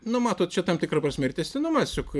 nu matot čia tam tikra prasme ir tęstinumas juk